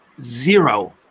Zero